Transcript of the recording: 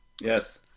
Yes